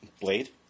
Blade